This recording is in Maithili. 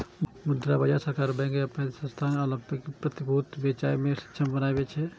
मुद्रा बाजार सरकार, बैंक आ पैघ संस्थान कें अल्पकालिक प्रतिभूति बेचय मे सक्षम बनबै छै